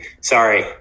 sorry